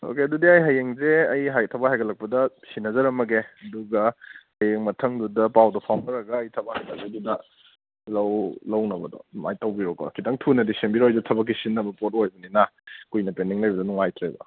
okay ꯑꯗꯨꯗꯤ ꯑꯩ ꯍꯌꯦꯡꯁꯦ ꯑꯩ ꯊꯕꯛ ꯍꯥꯏꯒꯠꯂꯛꯄꯗ ꯁꯤꯟꯅꯖꯔꯝꯃꯒꯦ ꯑꯗꯨꯒ ꯍꯌꯦꯡ ꯃꯊꯪꯗꯨꯗ ꯄꯥꯎꯗꯣ ꯐꯥꯎꯅꯔꯒ ꯑꯩ ꯊꯕꯛ ꯍꯥꯏꯒꯠꯂꯛꯄꯒꯤꯗꯨꯗ ꯂꯧꯅꯕꯗꯣ ꯑꯗꯨꯃꯥꯏꯅ ꯇꯧꯕꯤꯔꯣꯀꯣ ꯈꯤꯇꯪ ꯊꯨꯅꯗꯤ ꯁꯦꯝꯕꯤꯔꯣ ꯑꯩꯁꯨ ꯊꯕꯛꯀꯤ ꯁꯤꯖꯤꯟꯅꯕ ꯄꯣꯠ ꯑꯣꯏꯕꯅꯤꯅ ꯀꯨꯏꯅ ꯄꯦꯟꯗꯤꯡ ꯂꯩꯕꯗꯣ ꯅꯨꯡꯉꯥꯏꯇ꯭ꯔꯦꯕ